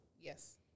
Yes